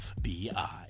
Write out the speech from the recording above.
FBI